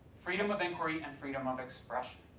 freedom of inquiry and freedom of expression.